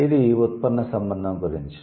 ఇది ఉత్పన్న సంబంధం గురించి